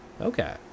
Okay